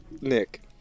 Nick